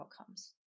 outcomes